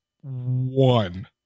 one